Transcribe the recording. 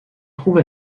trouve